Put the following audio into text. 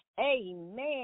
Amen